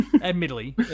Admittedly